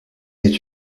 est